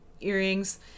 earrings